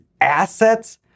assets